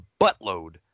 buttload